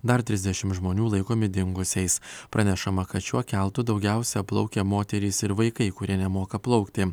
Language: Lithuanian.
dar trisdešim žmonių laikomi dingusiais pranešama kad šiuo keltu daugiausia plaukė moterys ir vaikai kurie nemoka plaukti